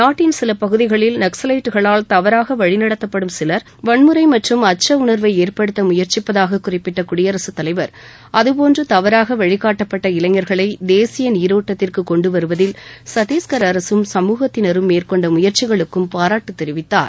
நாட்டின் சில பகுதிகளில் நக்சலைட்டுகளால் தவறாக வழிநடத்தப்படும் சிவர் வன்முறை மற்றும் அச்ச உணர்வை ஏற்படுத்த முயற்சிப்பதாக குறிப்பிட்ட குடியரசு தலைவர் அதுபோன்று தவறாக வழிகாட்டப்பட்ட இளைஞர்களை தேசிய நீரோட்டத்திற்குக் கொண்டு வருவதில் சத்தீஸ்கர் அரசும் சமூகத்தினரும் மேற்கொண்ட முயற்சிகளுக்கும் பாராட்டு தெரிவித்தார்